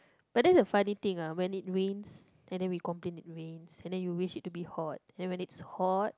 but that's the funny thing lah when it rains and then we complain it rains and we wish for it to be hot and when it's hot